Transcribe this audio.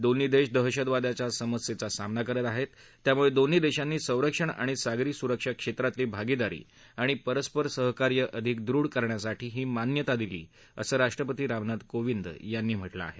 दोन्ही देश दहशतवादाच्या समस्येचा सामना करत आहेत त्यामुळे दोन्ही देशांनी संरक्षण आणि सागरी सुरक्षा क्षेत्रातली भागिदारी आणि परस्पर सहकार्य अधिक दृढ करण्यासाठीही मान्यता दिली असं राष्ट्रपती रामनाथ कोविंद यांनी म्हटलं आहे